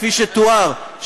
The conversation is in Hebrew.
כפי שתואר,